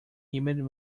humid